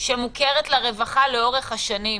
שמוכרת לרווחה לאורך השנים.